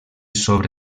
sobre